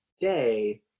day